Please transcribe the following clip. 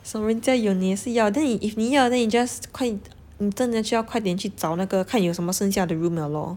什么人家有你就要 then you if 你要 just 快点你真的需要快点去找看有什么剩下的 room liao lor